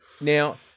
now